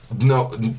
No